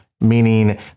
Meaning